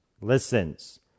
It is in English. listens